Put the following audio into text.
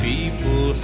People